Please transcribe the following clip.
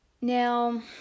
Now